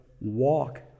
walk